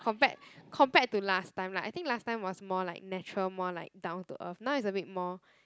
compared compared to last time lah I think last time was more like natural more like down to earth now it's a bit more